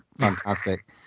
Fantastic